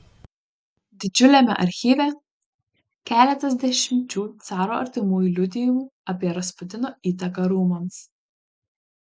didžiuliame archyve keletas dešimčių caro artimųjų liudijimų apie rasputino įtaką rūmams